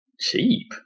cheap